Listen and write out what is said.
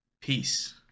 peace